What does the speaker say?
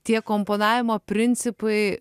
tie komponavimo principai